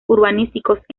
urbanísticos